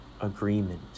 agreement